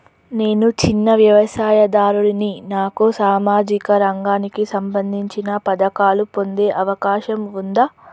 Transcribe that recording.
నేను చిన్న వ్యవసాయదారుడిని నాకు సామాజిక రంగానికి సంబంధించిన పథకాలు పొందే అవకాశం ఉందా?